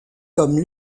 comme